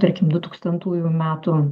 tarkim dutūkstantųjų metų